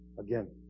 Again